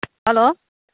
hello